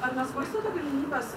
ar nesvarstėte galimybės